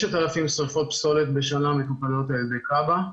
6,000 שריפות פסולת בשנה מטופלות על ידי כב"ה,